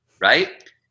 right